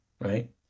right